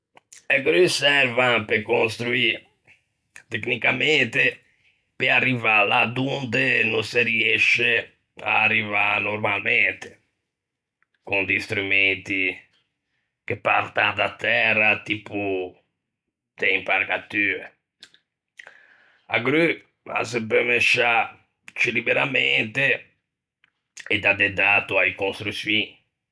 E gru servan pe construî, tecnicamente pe arrivâ là donde no se riësce à arrivâ normalmente, con di strumenti che partan da tæra tipo de impalcatue; a gru a se peu mesciâ ciù liberamente e da de d'ato a-e construçioin.